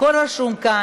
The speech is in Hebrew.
הכול רשום כאן.